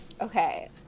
Okay